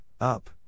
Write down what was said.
up